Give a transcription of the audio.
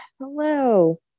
hello